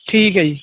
ਠੀਕ ਹੈ ਜੀ